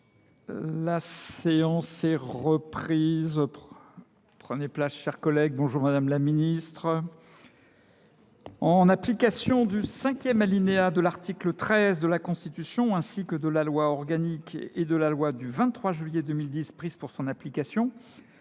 L'asséance est reprise. Prenez place, chers collègues. Bonjour Madame la Ministre. En application du 5e alinéa de l'article 13 de la Constitution, ainsi que de la loi organique et de la loi du 23 juillet 2010 prise pour son application,